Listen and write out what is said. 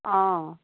অঁ